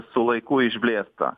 su laiku išblėsta